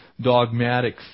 dogmatic